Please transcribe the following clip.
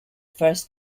first